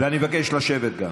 ואני מבקש גם לשבת.